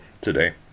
today